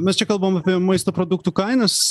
mes čia kalbam apie maisto produktų kainas